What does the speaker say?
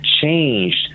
changed